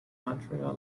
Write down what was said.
montreal